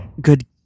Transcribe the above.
Good